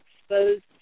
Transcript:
exposed